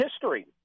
history